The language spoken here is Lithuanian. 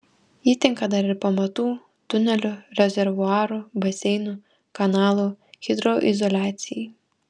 ji tinka dar ir pamatų tunelių rezervuarų baseinų kanalų hidroizoliacijai